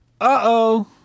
Uh-oh